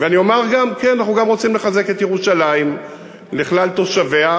ואני אומר גם כן: אנחנו גם רוצים לחזק את ירושלים לכלל תושביה,